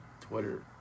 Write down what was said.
Twitter